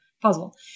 puzzle